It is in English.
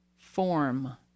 form